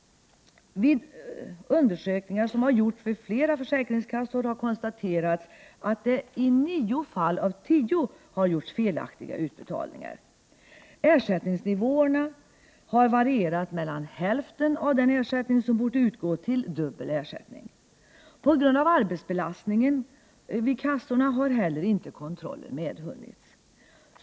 Vid undersökningar som gjorts vid flera försäkringskassor har konstaterats att det i nio fall av tio gjorts felaktiga utbetalningar. Ersättningsnivåerna har varierat från hälften av den ersättning som bort utgå till dubbel ersättning. På grund av arbetsbelastningen vid kassorna har heller inte kontroller medhunnits.